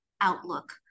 outlook